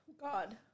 God